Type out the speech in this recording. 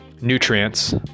nutrients